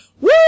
Woo